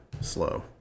slow